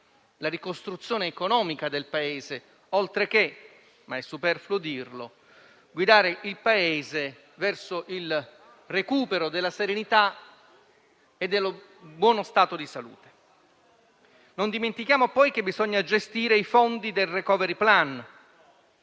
la ricostruzione economica dell'Italia, oltreché - ma è superfluo dirlo - guidare il Paese verso il recupero della serenità e del buono stato di salute. Non dimentichiamo, poi, che bisogna gestire i fondi del *recovery plan*.